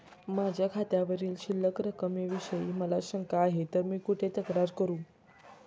माझ्या खात्यावरील शिल्लक रकमेविषयी मला शंका आहे तर मी कुठे तक्रार करू?